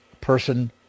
person